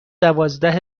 دوازده